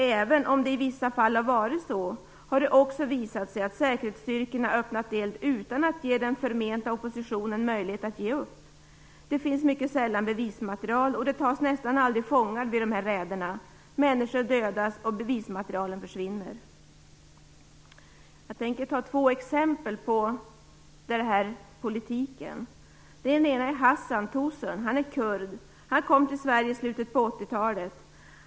Även om det i vissa fall har stämt har det också visat sig att säkerhetsstyrkorna öppnat eld utan att ge den förmenta oppositionen möjlighet att ge upp. Det finns mycket sällan bevismaterial, och det tas nästan aldrig fångar vid dessa räder. Människor dödas och bevismaterialet försvinner. Jag tänker ta upp två exempel på den här politiken. Det ena är Hasan Tosun, en kurd som kom till Sverige i slutet på 1980-talet.